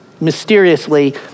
mysteriously